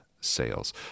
sales